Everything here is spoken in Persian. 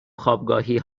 خوابگاهی